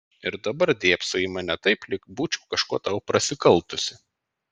ir dabar dėbsai į mane taip lyg būčiau kažkuo tau prasikaltusi